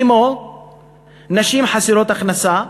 כמו נשים חסרות הכנסה,